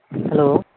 hello